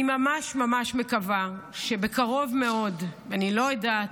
אני ממש ממש מקווה שבקרוב מאוד, אני לא יודעת,